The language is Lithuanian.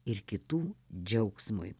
ir kitų džiaugsmui